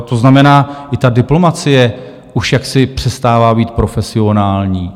To znamená, i ta diplomacie už jaksi přestává být profesionální.